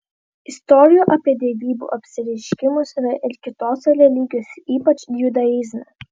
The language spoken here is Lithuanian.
istorijų apie dievybių apsireiškimus yra ir kitose religijose ypač judaizme